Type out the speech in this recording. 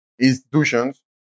institutions